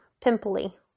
pimply